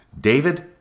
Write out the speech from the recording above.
David